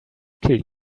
kill